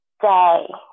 day